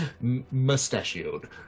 Mustachioed